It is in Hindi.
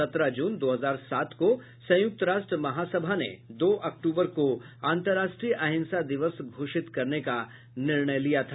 सत्रह जून दो हजार सात को संयुक्त राष्ट्र महासभा ने दो अक्तूबर को अंतर्राष्ट्रीय अहिंसा दिवस घोषित करने का निर्णय लिया था